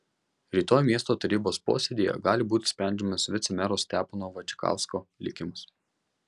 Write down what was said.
rytoj miesto tarybos posėdyje gali būti sprendžiamas vicemero stepono vaičikausko likimas